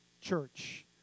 church